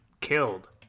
killed